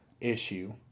issue